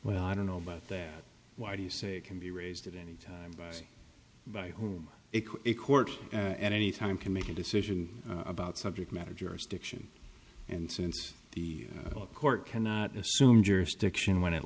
well i don't know about that why do you say it can be raised at any time by whom a court at any time can make a decision about subject matter jurisdiction and since the court cannot assume jurisdiction when it